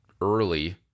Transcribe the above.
early